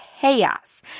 chaos